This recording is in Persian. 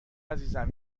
عزیزم